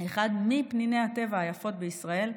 אחת מפניני הטבע היפות בישראל,